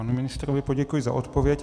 Panu ministrovi poděkuji za odpověď.